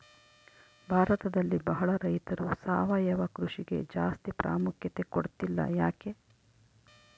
ಭಾರತದಲ್ಲಿ ಬಹಳ ರೈತರು ಸಾವಯವ ಕೃಷಿಗೆ ಜಾಸ್ತಿ ಪ್ರಾಮುಖ್ಯತೆ ಕೊಡ್ತಿಲ್ಲ ಯಾಕೆ?